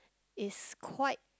is quite